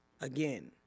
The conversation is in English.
Again